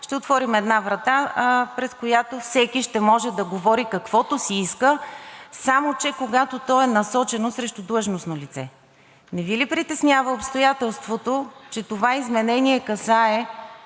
ще отворим една врата, през която всеки ще може да говори каквото си иска, само че когато то е насочено срещу длъжностно лице. Не Ви ли притеснява обстоятелството, че това изменение касае